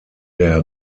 der